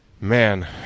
Man